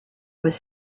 was